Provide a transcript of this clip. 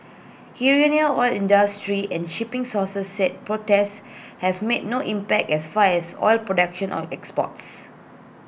Iranian oil industry and shipping sources said protests have make no impact as far as oil prelection or exports